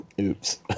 Oops